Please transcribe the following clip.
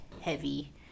heavy